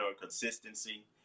consistency